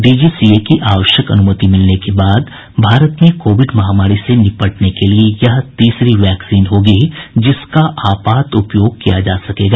DCGA की आवश्यक अनुमति के बाद भारत में कोविड महामारी से निपटने के लिए यह तीसरी वैक्सीन होगी जिसका आपात उपयोग किया जा सकेगा